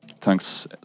thanks